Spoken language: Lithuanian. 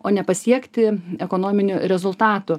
o nepasiekti ekonominių rezultatų